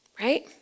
Right